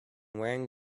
wearing